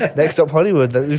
next up hollywood, that